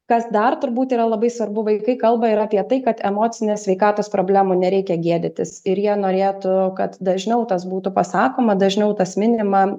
kas dar turbūt yra labai svarbu vaikai kalba ir apie tai kad emocinės sveikatos problemų nereikia gėdytis ir jie norėtų kad dažniau tas būtų pasakoma dažniau tas minima